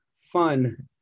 fun